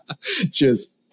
Cheers